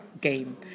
game